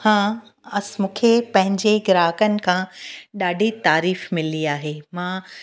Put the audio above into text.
हा अस मूंखे पंहिंजे ग्राहकनि खां ॾाढी तारीफ़ मिली आहे मां